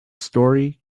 story